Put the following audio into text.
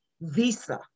Visa